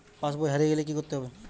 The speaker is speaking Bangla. পাশবই হারিয়ে গেলে কি করতে হবে?